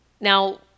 Now